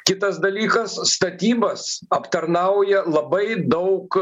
kitas dalykas statybas aptarnauja labai daug